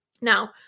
Now